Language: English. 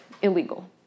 Illegal